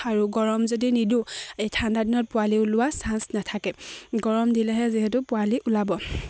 আৰু গৰম যদি নিদিওঁ এই ঠাণ্ডা দিনত পোৱালি ওলোৱা চান্স নাথাকে গৰম দিলেহে যিহেতু পোৱালি ওলাব